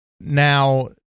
Now